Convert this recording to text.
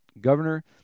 Governor